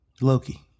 Loki